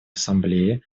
ассамблеи